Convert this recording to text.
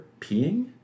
peeing